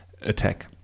attack